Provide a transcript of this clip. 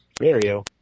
Mario